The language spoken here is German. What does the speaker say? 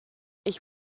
ich